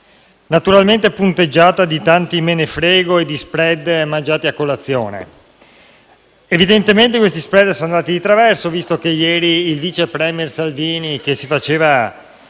naturalmente punteggiata di tanti «me ne frego» e di *spread* mangiati a colazione; evidentemente questi *spread* sono andati di traverso visto che ieri il vice *premier* Salvini, che si faceva